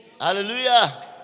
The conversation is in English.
hallelujah